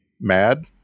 mad